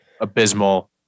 abysmal